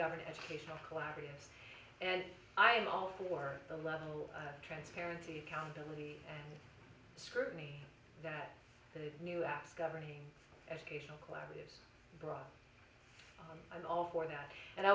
govern educational collaboratives and i'm all for the level of transparency accountability scrutiny that the new apps governing educational collaborative brought on i'm all for that and i